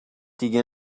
دیگه